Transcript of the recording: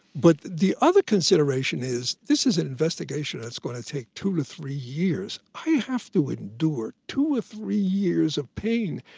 but the other consideration is, this is an investigation that's going to take two to three years. i have to endure two or three years of pain.